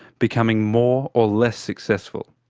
becoming more or less successful.